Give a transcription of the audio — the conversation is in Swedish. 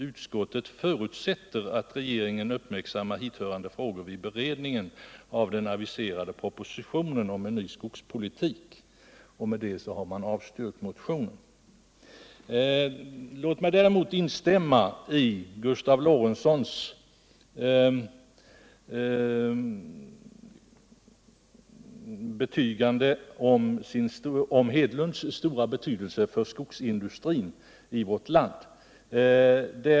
Utskottet förutsätter att regeringen uppmärksammar hithörande frågor vid beredningen av den aviserade propositionen om en ny skogspolitik.” Med detta har man avstyrkt motionen. Låt mig däremot helt instämma i Gustav Lorentzons betygande av Gunnar Hedlunds stora betydelse för skogsindustrin i vårt land.